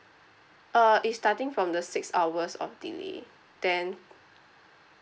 uh it's starting from the six hours of delay then